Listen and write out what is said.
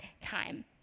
time